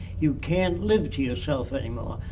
you can't live to yourself anymore.